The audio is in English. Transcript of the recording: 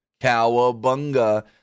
Cowabunga